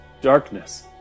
darkness